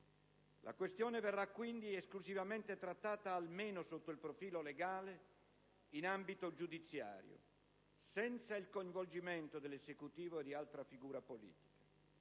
La questione verrà quindi esclusivamente trattata, almeno sotto il profilo legale, in ambito giudiziario, senza il coinvolgimento dell'Esecutivo o di altra figura politica.